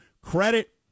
credit